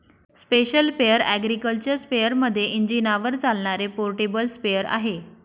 special sprayer agriculture स्पेअरमध्ये इंजिनावर चालणारे पोर्टेबल स्प्रेअर आहे